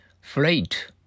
Freight